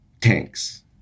tanks